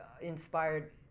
inspired